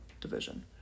division